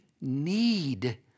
need